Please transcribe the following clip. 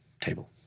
Table